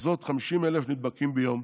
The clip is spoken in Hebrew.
לחזות ב-50,000 נדבקים ביום,